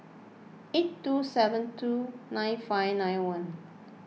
eight two seven two nine five nine one